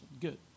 good